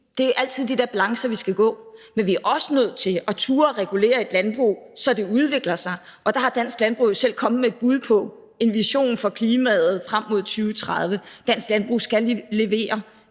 Det er altid den der balancegang, vi skal gå, men vi er også nødt til at turde regulere et landbrug, så det udvikler sig. Og der er dansk landbrug jo selv kommet med et bud på en vision for klimaet frem mod 2030. Dansk landbrug skal levere